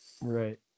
Right